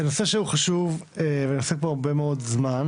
זה נושא שהוא מאוד חשוב ואני עוסק בו כבר הרבה מאוד זמן